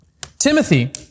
Timothy